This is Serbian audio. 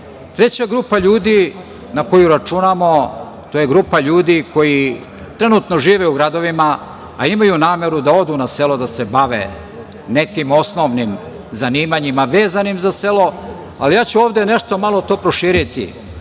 grupa. Treća grupa ljudi, na koju računamo, to je grupa ljudi koji trenutno žive u gradovima, a imaju nameru da odu na selo da se bave nekim osnovnim zanimanjima vezanim za selo, ali ja ću ovde nešto malo to proširiti.